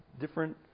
different